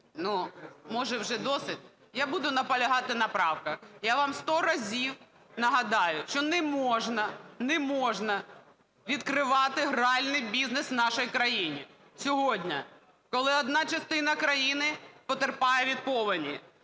може, вже досить. Я буду наполягати на правках. Я вам сто разів нагадаю, що не можна, не можна відкривати гральних бізнес у нашій країні. Сьогодні, коли одна частина країни потерпає від повені,